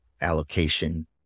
allocation